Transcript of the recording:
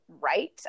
right